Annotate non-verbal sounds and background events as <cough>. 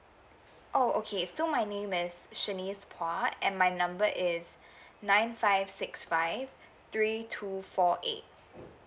oh okay so my name is shanice phua and my number is <breath> nine five six five three two four eight